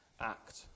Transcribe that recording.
act